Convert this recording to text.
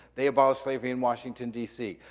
they abolished slavery in washington, d c.